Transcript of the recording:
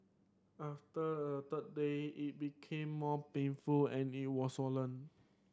after a third day it became more painful and it was swollen